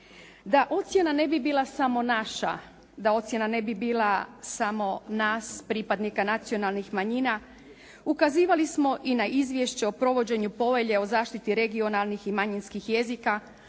Da ocjena ne bi bila samo naša, da ocjena ne bi bila samo nas pripadnika nacionalnih manjina, ukazivali smo i na izvješće o provođenju povelje o zaštiti regionalnih i manjinskih jezika